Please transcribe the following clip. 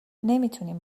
نمیتونیم